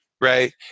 right